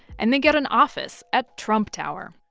and they get an office at trump tower.